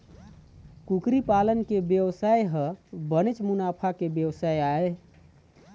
कुकरी पालन के बेवसाय ह बनेच मुनाफा के बेवसाय आय